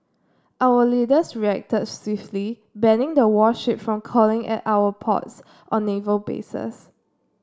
our leaders reacted swiftly banning the warship from calling at our ports or naval bases